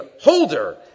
holder